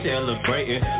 celebrating